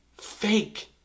fake